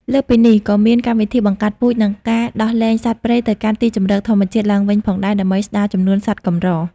លើសពីនេះ ក៏មានកម្មវិធីបង្កាត់ពូជ និងការដោះលែងសត្វព្រៃទៅកាន់ទីជម្រកធម្មជាតិឡើងវិញផងដែរ ដើម្បីស្តារចំនួនសត្វកម្រ។